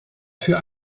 für